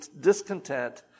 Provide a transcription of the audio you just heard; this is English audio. discontent